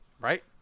right